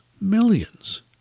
millions